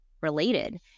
related